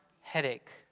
headache